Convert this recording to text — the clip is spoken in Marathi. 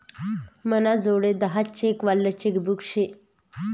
मनाजोडे दहा चेक वालं चेकबुक शे